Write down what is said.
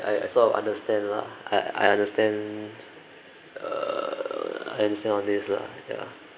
I I sort of understand lah I I understand uh understand on this lah ya